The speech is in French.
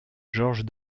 georges